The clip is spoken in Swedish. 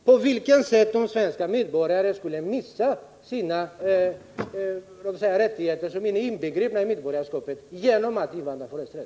På vilket sätt skulle svenska medborgare förlora de rättigheter som ligger i medborgarskapet genom att invandrarna får rösträtt?